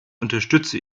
unterstütze